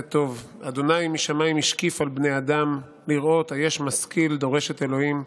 טוב: ה' משׁמים השקיף על בני אדם לראות היש משכיל דֹרש את אלהים: